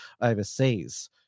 overseas